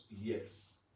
yes